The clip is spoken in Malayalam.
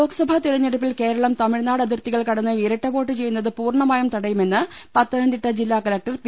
ലോക്സഭാ തിരഞ്ഞെടുപ്പിൽ കേരളം തമിഴ്നാട് അതിർത്തികൾ കടന്ന് ഇരട്ട വോട്ട് ചെയ്യുന്നത് പൂർണ്ണമായും തടയുമെന്ന് പത്തനം തിട്ട ജില്ലാ കലക്ടർ പി